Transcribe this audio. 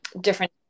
different